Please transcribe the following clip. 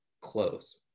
close